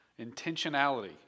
Intentionality